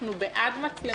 אנחנו בעד מצלמות,